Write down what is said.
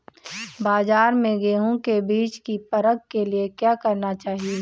बाज़ार में गेहूँ के बीज की परख के लिए क्या करना चाहिए?